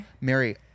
Mary